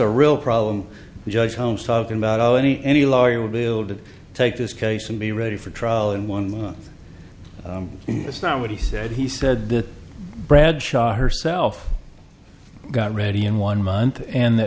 a real problem judge holmes talking about how any any lawyer would build to take this case and be ready for trial in one month that's not what he said he said that bradshaw herself got ready in one month and th